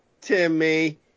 Timmy